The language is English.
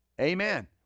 Amen